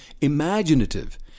imaginative